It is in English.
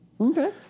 Okay